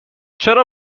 چرا